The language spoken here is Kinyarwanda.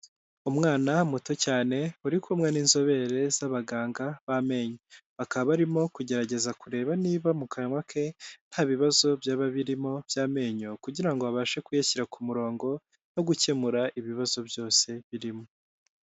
Umwana muto cyane uri kumwe n'inzobere z'abaganga b'amenyo. Bakaba barimo kugerageza kureba niba mu kanwa ke nta bibazo byaba birimo by'amenyo, kugira ngo babashe kuyashyira ku murongo no gukemura ibibazo byose birimo.